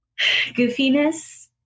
goofiness